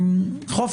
הם אחד